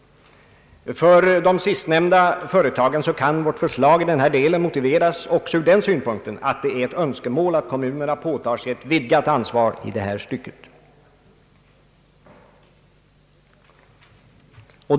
För de sistnämnda företagen kan förslaget i denna del motiveras också ur den synpunkten att det är ett önskemål att kommunerna påtar sig ett vidgat ansvar i detta avseende.